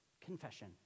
confession